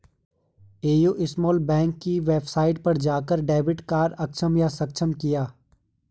AU small bank की website पर जाकर डेबिट कार्ड सक्षम या अक्षम किया